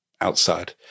outside